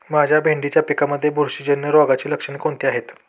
माझ्या भेंडीच्या पिकामध्ये बुरशीजन्य रोगाची लक्षणे कोणती आहेत?